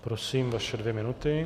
Prosím, vaše dvě minuty.